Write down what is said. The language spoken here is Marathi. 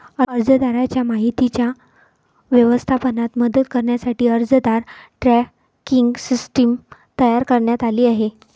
अर्जदाराच्या माहितीच्या व्यवस्थापनात मदत करण्यासाठी अर्जदार ट्रॅकिंग सिस्टीम तयार करण्यात आली आहे